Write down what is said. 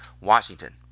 Washington